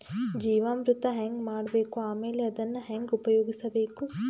ಜೀವಾಮೃತ ಹೆಂಗ ಮಾಡಬೇಕು ಆಮೇಲೆ ಅದನ್ನ ಹೆಂಗ ಉಪಯೋಗಿಸಬೇಕು?